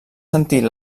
sentir